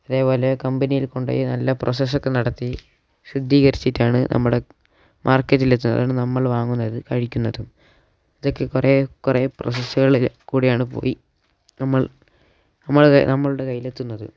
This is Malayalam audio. അതേപോലെ കമ്പനിയിൽ കൊണ്ടുപോയി നല്ല പ്രൊസസ്സൊക്കെ നടത്തി ശുദ്ധീകരിച്ചിട്ടാണ് നമ്മുടെ മാർക്കറ്റിലെത്തുന്നത് അതാണ് നമ്മൾ വാങ്ങുന്നത് കഴിക്കുന്നതും ഇതൊക്കെ കുറേ കുറേ പ്രൊസസ്സുകളിൾ കൂടിയാണ് പോയി നമ്മൾ നമ്മളുടെ നമ്മളുടെ കയ്യിലെത്തുന്നതും